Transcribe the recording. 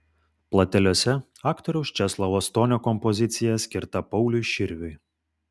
plateliuose aktoriaus česlovo stonio kompozicija skirta pauliui širviui